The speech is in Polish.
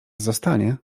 zostanie